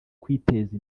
kwiteza